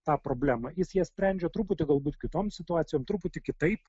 tą problemą jis ją sprendžia truputį galbūt kitoms situacijom truputį kitaip